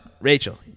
Rachel